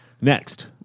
Next